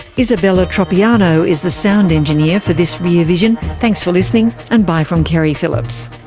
isabella tropiano is the sound engineer for this rear vision. thanks for listening and bye from keri phillips